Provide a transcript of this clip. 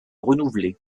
renouveler